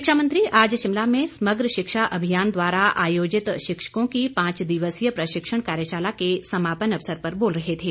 शिक्षा मंत्री आज शिमला में समग्र शिक्षा अभियान द्वारा आयोजित शिक्षकों की पांच दिवसीय प्रशिक्षण कार्यशाला के समापन अवसर पर बोल रहे थे